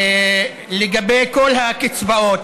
לגבי כל הקצבאות,